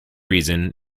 reason